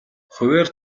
хувиар